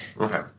Okay